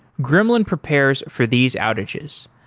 gremlin prepares for these outages.